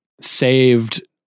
saved